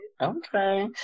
Okay